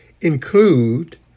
include